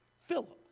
Philip